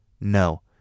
No